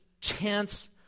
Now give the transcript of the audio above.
chance